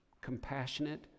compassionate